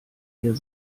mir